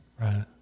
Right